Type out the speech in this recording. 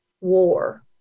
war